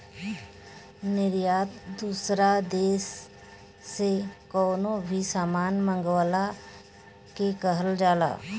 निर्यात दूसरा देस से कवनो भी सामान मंगवला के कहल जाला